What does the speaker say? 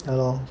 ya lor